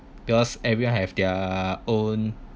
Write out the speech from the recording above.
because everyone have their own